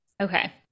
Okay